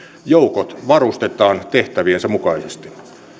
joukot varustetaan tehtäviensä mukaisesti